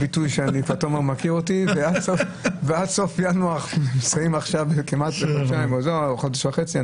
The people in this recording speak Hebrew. עד סוף ינואר, יש לנו עוד חודש וחצי.